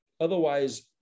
otherwise